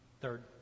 Third